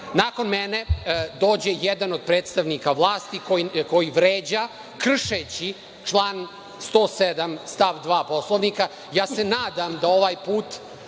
nakon mene dođe jedan od predstavnika vlasti koji vređa, kršeći član 107. stav 2. Poslovnika, nadam se da ovaj put